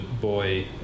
boy